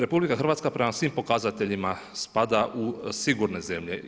RH prema svim pokazateljima spada u sigurne zemlje.